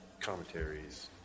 commentaries